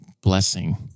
blessing